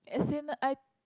as in I